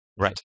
Right